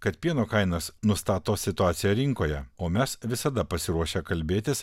kad pieno kainas nustato situacija rinkoje o mes visada pasiruošę kalbėtis